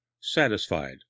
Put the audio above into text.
Satisfied